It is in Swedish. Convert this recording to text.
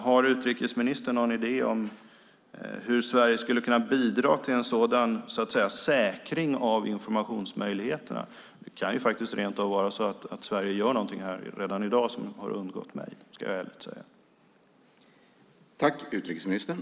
Har utrikesministern någon idé om hur Sverige skulle kunna bidra till en sådan, så att säga, säkring av informationsmöjligheterna? Det kan faktiskt rent av vara så att Sverige gör någonting redan i dag som har undgått mig - det ska jag ärligt säga.